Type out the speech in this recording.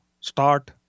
start